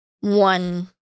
one